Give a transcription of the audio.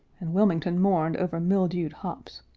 and wilmington mourned over mildewed hops.